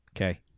Okay